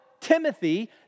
Timothy